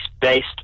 based